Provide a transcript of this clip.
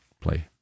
play